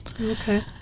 Okay